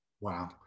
Wow